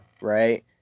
right